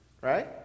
right